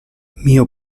mio